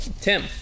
Tim